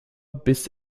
bis